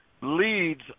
leads